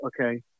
Okay